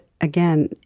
again